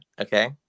Okay